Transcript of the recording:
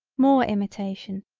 more imitation,